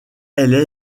elle